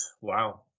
Wow